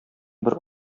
бер